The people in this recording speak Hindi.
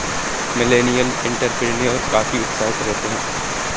मिलेनियल एंटेरप्रेन्योर काफी उत्साहित रहते हैं